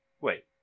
Wait